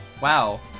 Wow